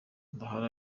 ndahari